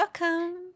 welcome